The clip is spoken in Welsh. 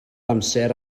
amser